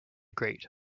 great